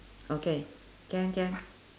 okay can can